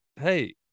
hey